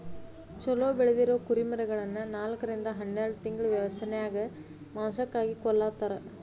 ಚೊಲೋ ಬೆಳದಿರೊ ಕುರಿಮರಿಗಳನ್ನ ನಾಲ್ಕರಿಂದ ಹನ್ನೆರಡ್ ತಿಂಗಳ ವ್ಯಸನ್ಯಾಗ ಮಾಂಸಕ್ಕಾಗಿ ಕೊಲ್ಲತಾರ